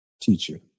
teacher